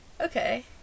Okay